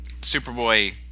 Superboy